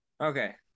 Okay